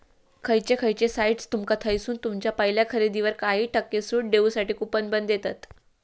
खयचे खयचे साइट्स तुमका थयसून तुमच्या पहिल्या खरेदीवर काही टक्के सूट देऊसाठी कूपन पण देतत